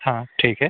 हां ठीक आहे